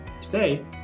Today